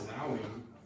allowing